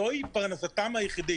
זו היא פרנסתם היחידית.